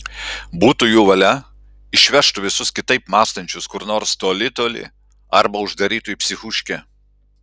būtų jų valia išvežtų visus kitaip mąstančius kur nors toli toli arba uždarytų į psichūškę